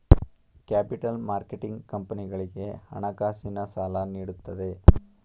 capital marketing ಕಂಪನಿಗಳಿಗೆ ಹಣಕಾಸಿನ ಸಾಲ ನೀಡುತ್ತದೆ